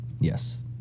yes